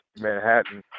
Manhattan